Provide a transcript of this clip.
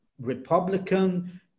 Republican